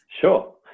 Sure